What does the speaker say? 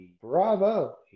Bravo